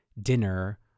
dinner